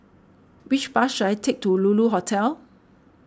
which bus should I take to Lulu Hotel